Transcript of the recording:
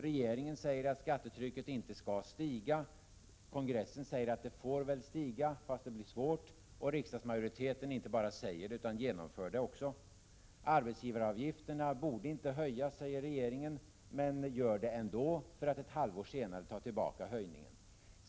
Regeringen säger att skattetrycket inte skall stiga, partikongressen säger att det väl får stiga fast det blir svårt, och riksdagsmajoriteten inte bara säger utan genomför det också. Arbetsgivaravgifterna borde inte höjas, säger regeringen men gör det ändå, för att ett halvår senare ta tillbaka höjningen.